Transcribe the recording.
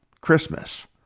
Christmas